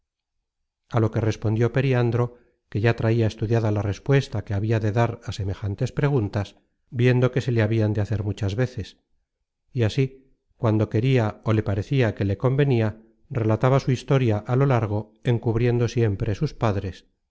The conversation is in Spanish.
a lo que respondió periandro que ya traia estudiada la respuesta que habia de dar á semejantes preguntas viendo que se le habian de hacer muchas veces y así cuando queria ó le parecia que le convenia relataba su historia á lo largo encubriendo siempre sus padres